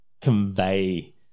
convey